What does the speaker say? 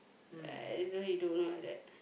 I really don't know like that